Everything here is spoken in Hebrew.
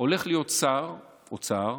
הולך להיות שר אוצר